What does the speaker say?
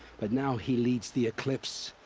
but now he leads the eclipse!